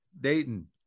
Dayton